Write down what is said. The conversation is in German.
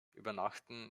übernachten